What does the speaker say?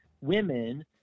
women